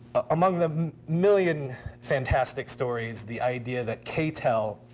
among the million fantastic stories, the idea that k-tel,